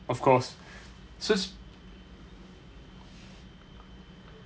of course just